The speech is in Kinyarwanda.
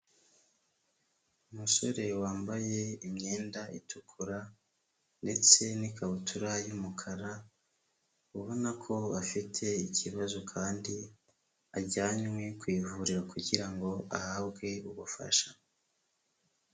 Umusore wambaye imyenda itukura ndetse n'ikabutura y'umukara, ubona ko afite ikibazo kandi ajyanywe ku ivuriro kugira ngo ahabwe ubufasha.